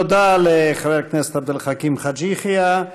תודה לחבר הכנסת עבד אל חכים חאג' יחיא.